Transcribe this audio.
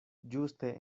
ĝuste